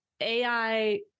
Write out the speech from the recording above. AI